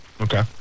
Okay